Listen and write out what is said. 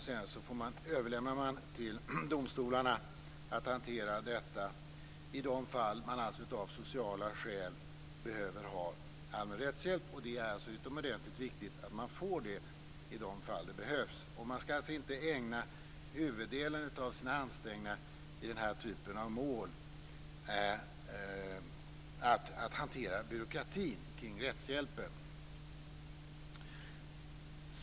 Sedan överlämnar man till domstolarna att hantera detta i de fall människor av sociala skäl behöver ha allmän rättshjälp. Det är utomordentligt viktigt att de får det i de fall det behövs. De skall inte ägna huvuddelen av sina ansträngningar i denna typ av mål till att hantera byråkratin kring rättshjälpen.